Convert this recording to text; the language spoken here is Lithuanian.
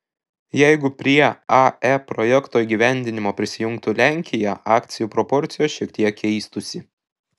jeigu prie ae projekto įgyvendinimo prisijungtų lenkija akcijų proporcijos šiek tiek keistųsi